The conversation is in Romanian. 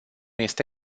este